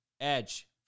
Edge